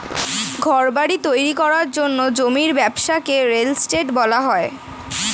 ঘরবাড়ি তৈরি করার জন্য জমির ব্যবসাকে রিয়েল এস্টেট বলা হয়